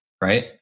right